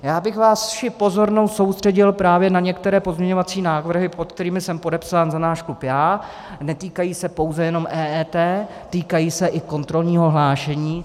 Já bych vaši pozornost soustředil právě na některé pozměňovací návrhy, pod kterými jsem podepsán za náš klub já, a netýkají se pouze jenom EET, týkají se i kontrolního hlášení.